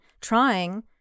trying